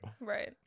Right